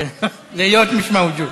כן, להיות מיש מאוג'וד.